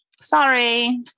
sorry